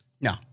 No